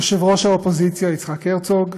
יושב-ראש האופוזיציה יצחק הרצוג,